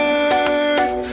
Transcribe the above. earth